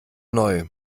neu